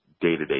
day-to-day